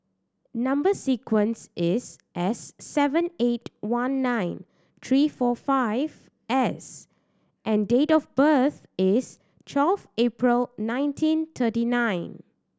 number sequence is S seven eight one nine three four five S and date of birth is twelve April nineteen thirty nine